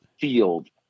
Field